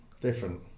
different